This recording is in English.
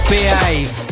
Behave